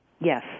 Yes